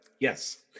Yes